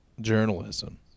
journalism